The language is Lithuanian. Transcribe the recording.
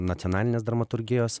nacionalinės dramaturgijos